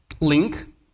link